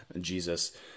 Jesus